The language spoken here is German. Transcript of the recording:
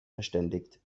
verständigt